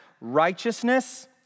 righteousness